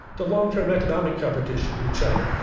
the long-term economic competition with china.